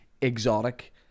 exotic